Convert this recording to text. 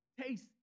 taste